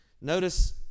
Notice